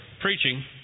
preaching